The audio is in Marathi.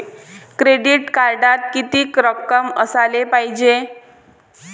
क्रेडिट कार्डात कितीक रक्कम असाले पायजे?